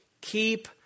Keep